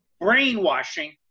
brainwashing